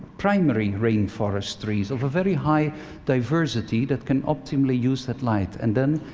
primary-grain forest trees of a very high diversity that can optimally use that light. and then,